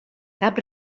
cap